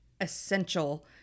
essential